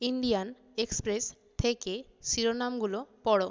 Indian Express থেকে শিরোনামগুলো পড়ো